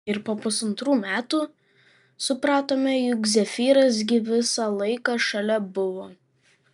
ir po pusantrų metų supratome juk zefyras gi visą laiką šalia buvo